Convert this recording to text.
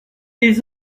des